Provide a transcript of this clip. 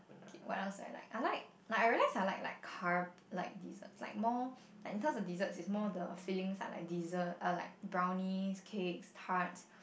kay what else I like I like like I realize I like like cup like deserts like more like in terms of deserts is more the filling t~ like desserts uh like brownies cake tarts